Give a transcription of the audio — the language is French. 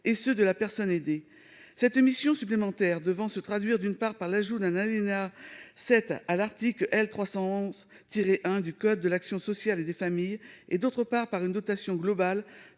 et ceux de la personne aidée cette émission supplémentaire devant se traduire d'une part par l'ajout d'un Aléna cette à l'article L. 311 tirer un du code de l'action sociale et des familles et, d'autre part par une dotation globale